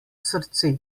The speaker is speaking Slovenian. srce